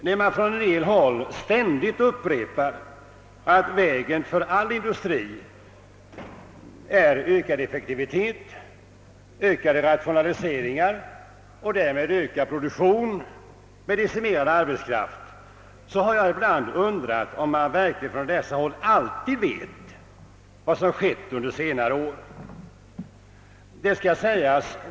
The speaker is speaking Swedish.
När man från en del håll ständigt upprepar att vägen för all industri är ökad effektivitet, ökade rationaliseringar och därmed ökad produktion med decimerad arbetskraft har jag ibland undrat om man verkligen från dessa håll alltid vet vad som hänt under senare år.